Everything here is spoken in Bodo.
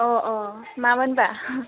अ'अ' मामोनबा